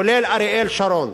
כולל אריאל שרון,